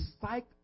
psych